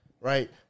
right